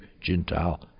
Gentile